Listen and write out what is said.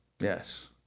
Yes